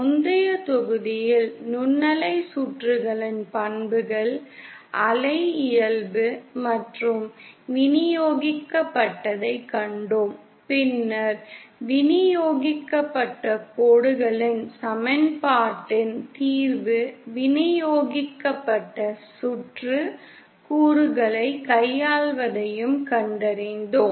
முந்தைய தொகுதியில் நுண்ணலை சுற்றுகளின் பண்புகள் அலை இயல்பு மற்றும் விநியோகிக்கப்பட்டதைக் கண்டோம் பின்னர் விநியோகிக்கப்பட்ட கோடுகளின் சமன்பாட்டின் தீர்வு விநியோகிக்கப்பட்ட சுற்று கூறுகளைக் கையாள்வதையும் கண்டறிந்தோம்